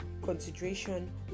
consideration